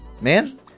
Man